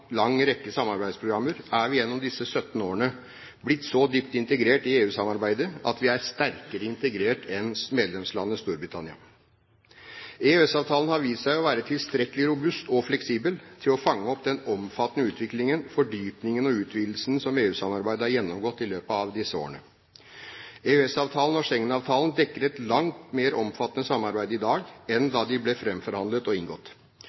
lang rekke samarbeidsprogrammer, er vi gjennom disse 17 årene blitt så dypt integrert i EU-samarbeidet at vi er sterkere integrert enn medlemslandet Storbritannia. EØS-avtalen har vist seg å være tilstrekkelig robust og fleksibel til å fange opp den omfattende utviklingen, fordypningen og utvidelsen som EU-samarbeidet har gjennomgått i løpet av disse årene. EØS-avtalen og Schengen-avtalen dekker et langt mer omfattende samarbeid i dag enn da de ble framforhandlet og inngått.